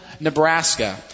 Nebraska